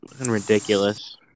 ridiculous